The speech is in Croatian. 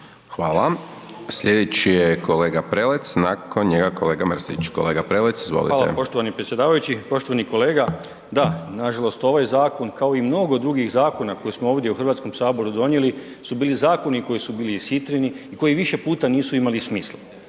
Hvala. Sljedeći je kolega Prelec, nakon njega kolega Mrsić. Kolega Prelec, izvolite. **Prelec, Alen (SDP)** Hvala poštovani predsjedavajući, poštovani kolega. Da, nažalost ovaj zakon, kao i mnogo drugih zakona koje smo ovdje u HS-u donijeli su bili zakoni koji su bili ishitreni i koji više puta nisu imali smisla.